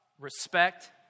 respect